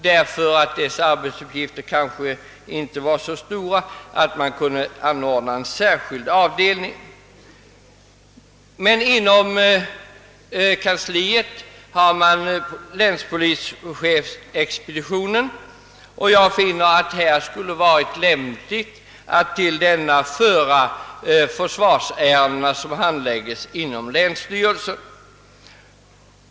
Dess arbetsuppgifter är kanske inte så stora att man behöver anordna en särskild avdelning. Men inom kansliet har man länspolischefens expedition, och det skulle enligt min mening vara lämpligt att till denna föra de försvarsärenden som handläggs inom länsstyrelsen.